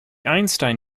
einstein